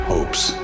Hopes